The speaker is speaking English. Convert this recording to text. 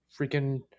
freaking